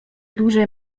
dłużej